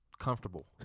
comfortable